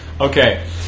okay